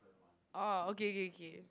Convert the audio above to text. oh okay okay okay